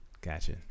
gotcha